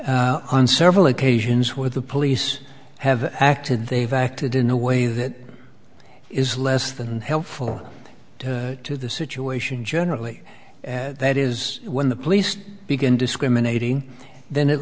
on several occasions where the police have acted they've acted in a way that is less than helpful to the situation generally and that is when the police begin discriminating then it